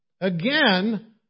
Again